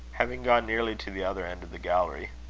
having gone nearly to the other end of the gallery,